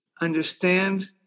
Understand